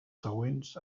següents